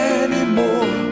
anymore